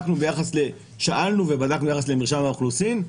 אנחנו שאלנו ובדקנו ביחס למרשם האוכלוסין,